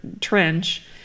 trench